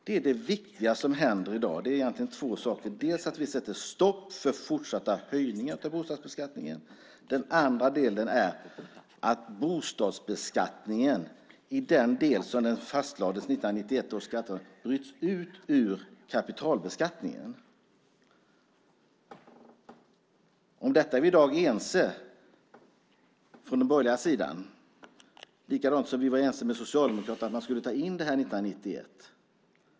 Det är egentligen två viktiga saker som händer i dag, dels att vi sätter stopp för fortsatta höjningar av bostadsbeskattningen, dels att bostadsbeskattningen i den del som fastlades i 1991 års skattereform bryts ut ur kapitalbeskattningen. Om detta är vi i dag ense på den borgerliga sidan. Men 1991 var vi ense med Socialdemokraterna om att man skulle ta in det här.